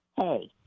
Hey